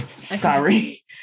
sorry